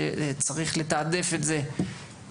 שצריך לתעדף את זה,